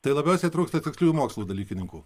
tai labiausiai trūksta tiksliųjų mokslų dalykininkų